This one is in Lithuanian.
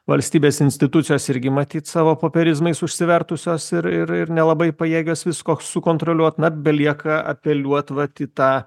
valstybės institucijos irgi matyt savo popierizmais užsivertusios ir ir ir nelabai pajėgios visko sukontroliuot na belieka apeliuot vat į tą